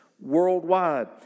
worldwide